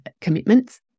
commitments